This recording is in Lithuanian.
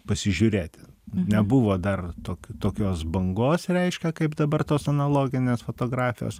pasižiūrėti nebuvo dar tok tokios bangos reiškia kaip dabar tos analoginės fotografijos